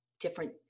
different